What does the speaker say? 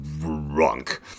drunk